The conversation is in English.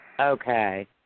Okay